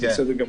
זה בסדר גמור.